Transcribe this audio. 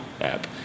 app